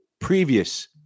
previous